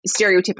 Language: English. stereotypical